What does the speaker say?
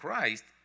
Christ